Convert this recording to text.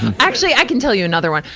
actually, i can tell you another one.